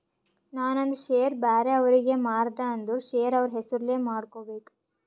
ನಾ ನಂದ್ ಶೇರ್ ಬ್ಯಾರೆ ಅವ್ರಿಗೆ ಮಾರ್ದ ಅಂದುರ್ ಶೇರ್ ಅವ್ರ ಹೆಸುರ್ಲೆ ಮಾಡ್ಕೋಬೇಕ್